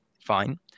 fine